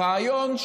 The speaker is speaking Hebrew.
רעיון,